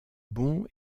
bon